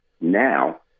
now